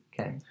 Okay